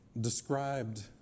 described